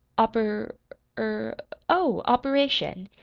oper er oh, operation!